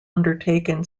undertaken